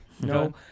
no